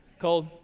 Cold